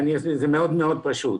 זה מאוד פשוט.